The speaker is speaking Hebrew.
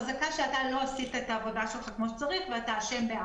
חזקה שאתה לא עשית את העבודה שלך כמו שצריך ואתה אשם.